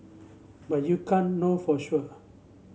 but you can't know for sure